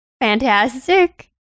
fantastic